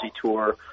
tour